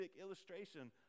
illustration